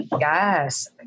Yes